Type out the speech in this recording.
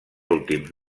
últims